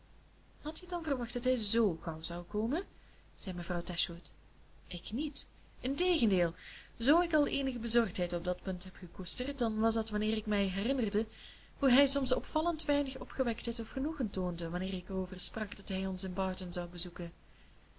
hadt je dan verwacht dat hij z gauw zou komen zei mevrouw dashwood ik niet integendeel zoo ik al eenige bezorgdheid op dat punt heb gekoesterd dan was dat wanneer ik mij herinnerde hoe hij soms opvallend weinig opgewektheid of genoegen toonde wanneer ik erover sprak dat hij ons in barton zou bezoeken